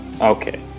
okay